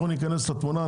אנחנו גם נכנס לתמונה,